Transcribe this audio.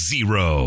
Zero